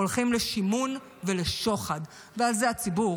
הולכים לשימון ולשוחד, ועל זה הציבור